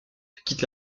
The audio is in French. quittent